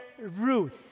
Ruth